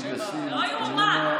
זה לא ייאמן.